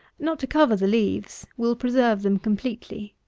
not to cover the leaves, will preserve them completely.